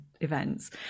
events